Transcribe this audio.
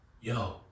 yo